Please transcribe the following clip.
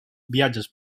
viatges